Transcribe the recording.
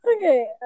Okay